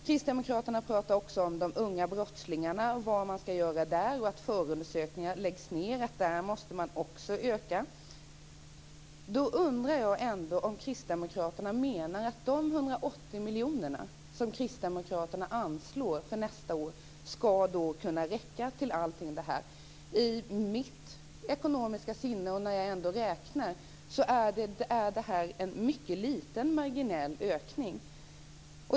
Kristdemokraterna talar också om de unga brottslingarna och vad man ska göra för dem, om att förundersökningar läggs ned och att anslagen för detta också måste öka. Då undrar jag om kristdemokraterna menar att de 180 miljoner kronor som kristdemokraterna anslår för nästa år ska räcka till allt detta. När jag har räknat på detta är detta en mycket liten ökning.